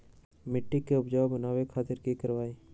मिट्टी के उपजाऊ बनावे खातिर की करवाई?